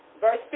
Verse